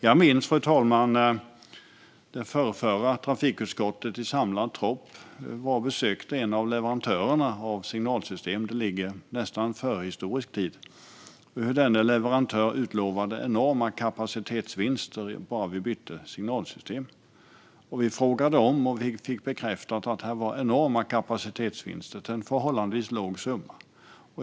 Jag minns, fru talman, att det förrförra trafikutskottet i samlad tropp besökte en av leverantörerna av signalsystemet, nästan i förhistorisk tid, och hur denne leverantör utlovade enorma kapacitetsvinster bara vi bytte signalsystem. Vi frågade om och fick bekräftat att här fanns enorma kapacitetsvinster till en förhållandevis låg summa.